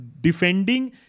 defending